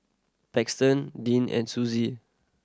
Paxton Deeann and Sussie